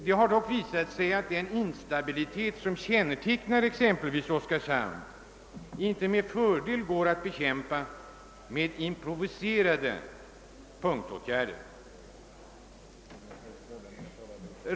Det har dock visat sig att den instabilitet som kännetecknar exempelvis Oskarshamn inte med fördel kan bekämpas med improviserade punktåtgärder.